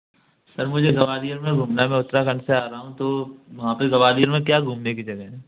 sir मुझे ग्वालियर में घूमना था उत्तराखंड से आ रहा हूँ तो वहाँ पर ग्वालियर में क्या घूमने की जगह है